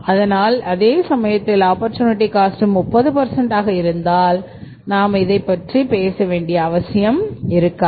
ஆனால் அதே சமயத்தில் ஆப்பர்சூனிட்டி 30 ஆக இருந்தால் நாம் இதைப்பற்றி பேச வேண்டிய அவசியம் இருக்காது